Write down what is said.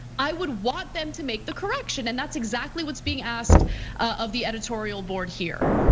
i would want them to make the correction and that's exactly what's being asked of the editorial board here.